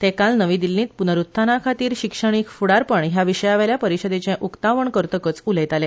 ते आयज नवी दिछींत पूनरुत्थाना खातीर शिक्षणीक फुडारपण ह्या विशयावेल्या परिशदेचें उक्तावण करतकच उलयताले